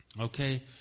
Okay